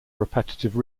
repetitive